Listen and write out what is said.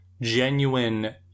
genuine